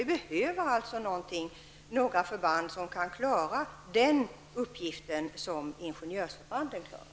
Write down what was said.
Vi behöver några förband som kan klara ingenjörsförbandens uppgifter.